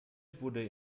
wurde